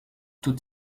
tout